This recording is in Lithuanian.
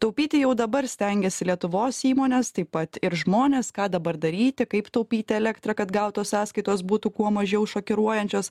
taupyti jau dabar stengiasi lietuvos įmonės taip pat ir žmonės ką dabar daryti kaip taupyti elektrą kad gautos sąskaitos būtų kuo mažiau šokiruojančios